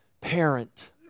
parent